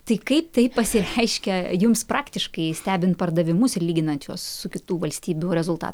tai kaip tai pasireiškia jums praktiškai stebint pardavimus lyginant juos su kitų valstybių rezulta